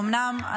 אומנם,